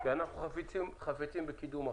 אנחנו חפצים בקידום החקיקה.